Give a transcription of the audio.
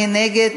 מי נגד?